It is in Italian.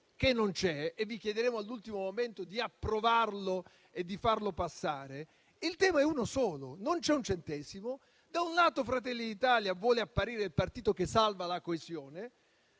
che non c'è e vi chiederemo all'ultimo momento di approvarlo e di farlo passare. Il tema è uno solo: non c'è un centesimo. Da un lato Fratelli d'Italia vuole apparire il partito che salva la coesione